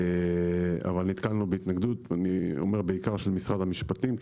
אבל נתקלנו בהתנגדות בעיקר של משרד המשפטים.